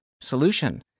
Solution